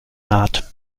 naht